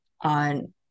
on